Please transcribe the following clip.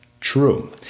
True